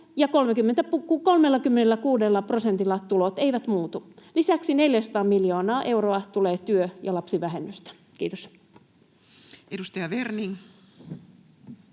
ja 36 prosentilla tulot eivät muutu. Lisäksi 400 miljoonaa euroa tulee työ- ja lapsivähennystä. — Kiitos. [Speech